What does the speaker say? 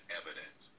evidence